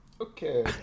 Okay